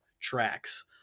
tracks